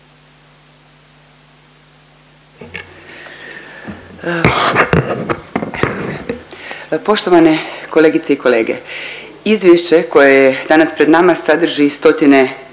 Poštovane kolegice i kolege izvješće koje je danas pred nama sadrži stotine